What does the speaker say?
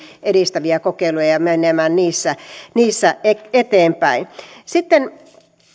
edistäviä kokeiluja ja menemään niissä niissä eteenpäin sitten